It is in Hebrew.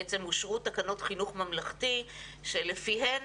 אושרו תקנות חינוך ממלכתי שלפיהן